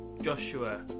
Joshua